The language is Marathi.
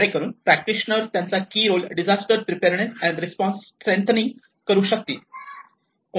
जे ने करून प्रॅक्टिशनर त्यांचा key role disaster preparedness and response strengthen करू शकतील